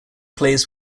plays